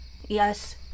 Yes